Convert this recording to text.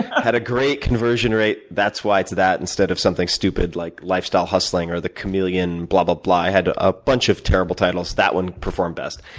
ah had a great conversion rate. that's why it's that instead of something stupid, like lifestyle hustling, or the chameleon blah blah blah. i had a bunch of awful titles, that one performed best.